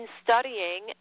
studying